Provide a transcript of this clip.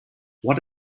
what